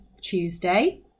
Tuesday